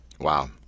Wow